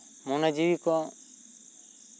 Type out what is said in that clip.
ᱢᱚᱱᱮ ᱡᱤᱣᱤ ᱠᱚ